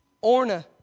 Orna